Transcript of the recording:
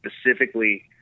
specifically